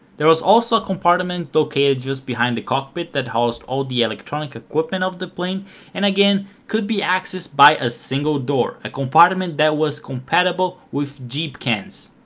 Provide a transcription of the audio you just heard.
there was also a compartiment located just behind the cockpit that housed all the electronic equipment of the plane and again could be accessed by one ah single door, a compartiment that was compatible with jeep cans.